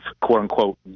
quote-unquote